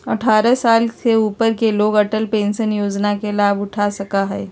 अट्ठारह साल से ऊपर के लोग अटल पेंशन योजना के लाभ उठा सका हई